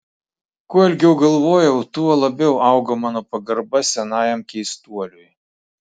kuo ilgiau galvojau tuo labiau augo mano pagarba senajam keistuoliui